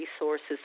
resources